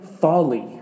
folly